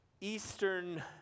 Eastern